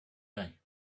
day